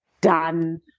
done